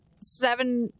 seven